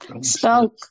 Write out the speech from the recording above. Spoke